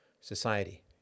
society